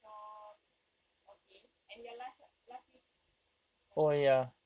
so okay and your last last wish your last wish